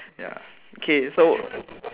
ya okay so